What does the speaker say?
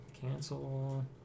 Cancel